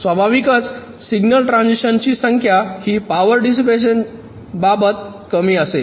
स्वाभाविकच सिग्नल ट्रान्झिशनची संख्या ही पॉवर डिसिपॅशन बाबत कमी असेल